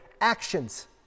actions